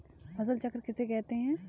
फसल चक्र किसे कहते हैं?